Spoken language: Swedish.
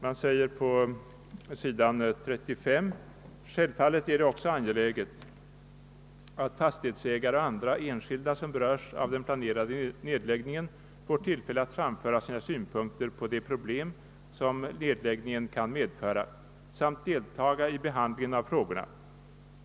Det sägs nämligen på s. 35: »Självfallet är det också angeläget att fastighetsägare och andra enskilda som berörs av den planerade nedläggningen får tillfälle att framföra sina synpunkter på de problem som nedläggningen kan medföra samt deltaga i behandlingen av frågorna.